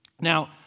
Now